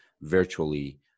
virtually